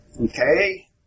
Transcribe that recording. Okay